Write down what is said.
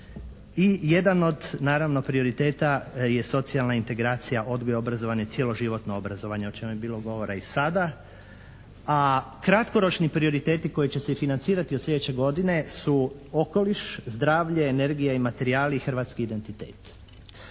I jedan od naravno prioriteta je socijalna integracija odgoj i obrazovanje, cjeloživotno obrazovanje o čemu je bilo govora i sada. A kratkoročni prioriteti koji će se i financirati od sljedeće godine su okoliš, zdravlje, energija i materijali, hrvatski identitet.